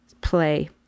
play